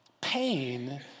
pain